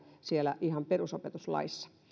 siellä perusopetuslaissa